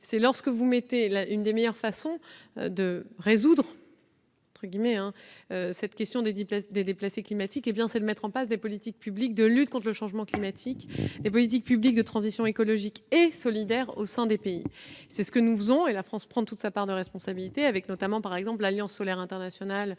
sur le climat. La meilleure façon de résoudre le problème des déplacés climatiques, c'est de mettre en place des politiques publiques de lutte contre le changement climatique et des politiques publiques de transition écologique et solidaire au sein des pays. C'est ce que nous faisons. La France prend toute sa part de responsabilité, notamment avec l'Alliance solaire internationale